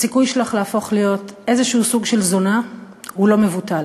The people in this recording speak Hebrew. הסיכוי שלך להפוך להיות איזשהו סוג של זונה הוא לא מבוטל.